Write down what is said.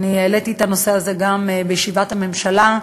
שהעליתי את הנושא הזה גם בישיבת הממשלה,